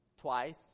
twice